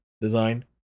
design